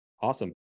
Awesome